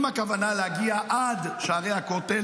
אם הכוונה להגיע עד שערי הכותל,